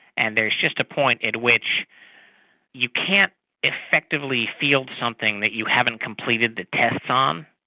and there's just a point at which you can't effectively field something that you haven't completed the tests um